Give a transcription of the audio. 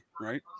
right